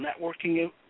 networking